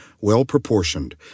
well-proportioned